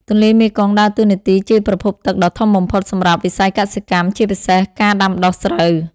ទន្លេមេគង្គដើរតួនាទីជាប្រភពទឹកដ៏ធំបំផុតសម្រាប់វិស័យកសិកម្ម ជាពិសេសការដាំដុះស្រូវ។